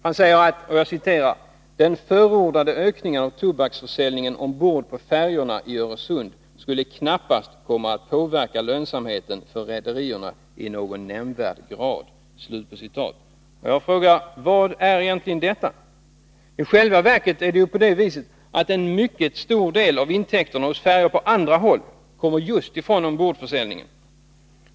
Han säger att den ”förordade ökningen av tobaksförsäljningen ombord på färjorna i Öresund knappast skulle komma att påverka lönsamheten för rederierna i någon nämnvärd grad”. Vad är egentligen detta? I själva verket är det ju så, att en mycket stor del av intäkterna hos färjor på andra håll kommer just från ombordförsäljningen.